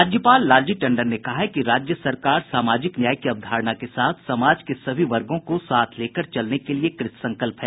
राज्यपाल लालजी टंडन ने कहा है कि राज्य सरकार सामाजिक न्याय की अवधारणा के साथ समाज के सभी वर्गों को साथ लेकर चलने के लिए कृतसंकल्प है